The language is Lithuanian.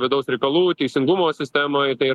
vidaus reikalų teisingumo sistemoj tai yra